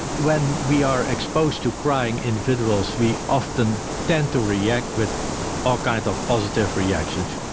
when we are exposed to crying individuals, we often tend to react with all kinds of positive reactions.